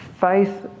faith